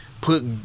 put